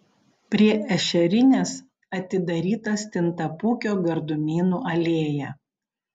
prie ešerinės atidaryta stintapūkio gardumynų alėja